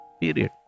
period